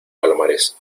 palomares